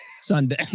Sunday